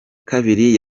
kabiri